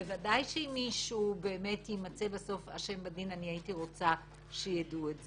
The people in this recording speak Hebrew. בוודאי אם מישהו באמת יימצא אשם בדין הייתי רוצה שיידעו את זה.